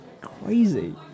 crazy